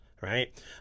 Right